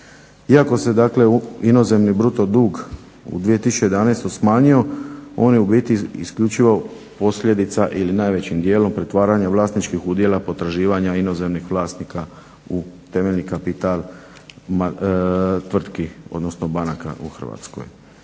dakle u inozemni bruto dug u 2011. smanjio on je u biti isključivo posljedica ili najvećim dijelom pretvaranja vlasničkih udjela potraživanja inozemnih vlasnika u temeljni kapital tvrtki, odnosno banaka u Hrvatskoj.